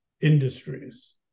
industries